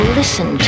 listen